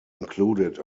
included